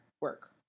work